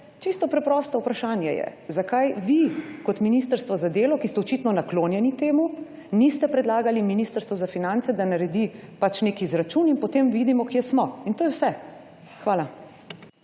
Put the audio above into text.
čisto preprosto vprašanje je. Zakaj vi, kot Ministrstvo za delo, ki ste očitno naklonjeni temu, niste predlagali Ministrstvu za finance, da naredi pač nek izračun in potem vidimo, kje smo in to je vse. Hvala.